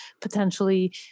potentially